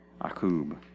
Akub